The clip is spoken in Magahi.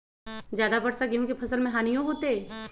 ज्यादा वर्षा गेंहू के फसल मे हानियों होतेई?